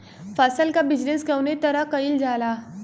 फसल क बिजनेस कउने तरह कईल जाला?